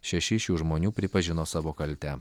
šeši iš šių žmonių pripažino savo kaltę